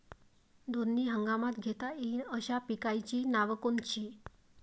दोनी हंगामात घेता येईन अशा पिकाइची नावं कोनची?